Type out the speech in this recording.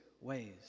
ways